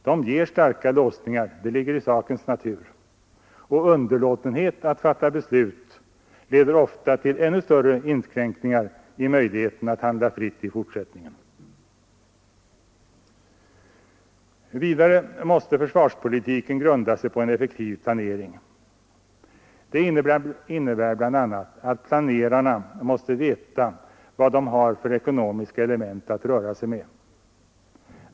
De ger starka låsningar, det ligger i sakens natur, och underlåtenhet att fatta beslut leder ofta till ännu större inskränkningar i möjligheten att handla fritt i fortsättningen. Vidare måste försvarspolitiken grunda sig på en effektiv planering. Det innebär bl.a. att planerarna måste veta vad de har för ekonomiska element att röra sig med.